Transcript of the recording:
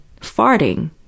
farting